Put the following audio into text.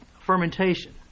fermentation